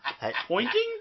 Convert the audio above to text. Pointing